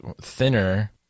Thinner